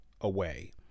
away